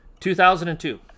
2002